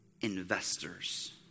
investors